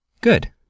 Good